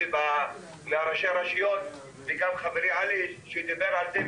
ראשי הרשויות וגם חברי עלי שדיבר על זה.